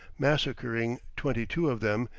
massacring twenty-two of them,